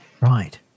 right